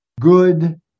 good